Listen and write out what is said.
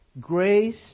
Grace